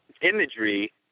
imagery